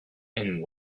and